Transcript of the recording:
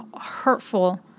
hurtful